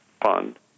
fund